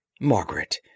Margaret